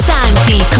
Santi